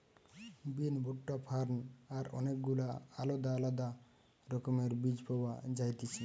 বিন, ভুট্টা, ফার্ন আর অনেক গুলা আলদা আলদা রকমের বীজ পাওয়া যায়তিছে